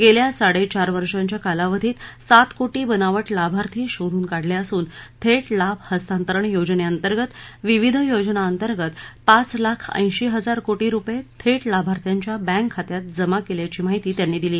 गेल्या साडे चार वर्षांच्या कालावधीत सात कोटी बनावट लाभार्थी शोधून काढले असून थेट लाभ हस्तांतरण योजनेअंतर्गत विविध योजनांतर्गत पाच लाख ऐंशी हजार कोटी रुपये थेट लाभार्थ्यांच्या बँक खात्यात जमा केल्याची माहिती त्यांनी दिली